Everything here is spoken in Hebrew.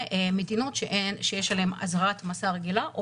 ומדינות שיש עליהן אזהרת מסע רגילה,